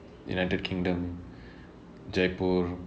united kingdom jaipur